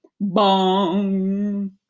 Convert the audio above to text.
Bong